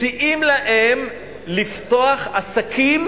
מציעים להם לפתוח עסקים